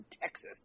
Texas